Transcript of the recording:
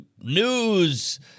news